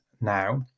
now